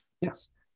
Yes